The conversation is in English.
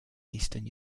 eastern